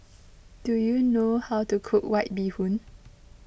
do you know how to cook White Bee Hoon